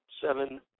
seven